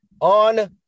on